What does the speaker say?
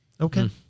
Okay